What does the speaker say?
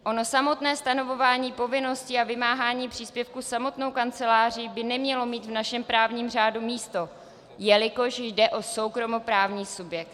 Ono samotné stanovování povinnosti a vymáhání příspěvku samotnou kanceláří by nemělo mít v našem právním řádu místo, jelikož jde o soukromoprávní subjekt.